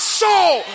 soul